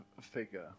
figure